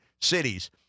cities